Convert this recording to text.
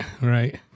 right